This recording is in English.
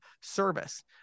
service